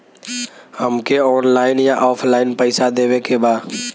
हमके ऑनलाइन या ऑफलाइन पैसा देवे के बा?